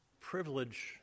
privilege